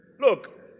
Look